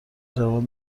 جوان